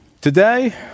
Today